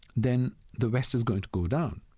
then the west is going to go down.